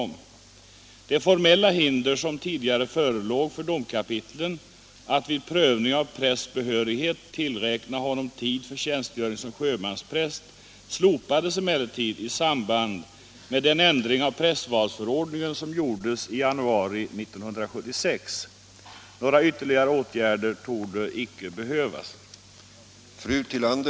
Ämnar statsrådet vidta åtgärder för att ändra prästvalsförordningen, så att den ger uttryck för den uppfattning som väl får anses vara allmän, nämligen att sjömansprästtjänst och församlingsprästtjänst i många avseenden är olika och innebär arbete på helt skilda fält men ändå bör betraktas som jämställda?